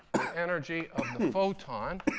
the energy of the photon,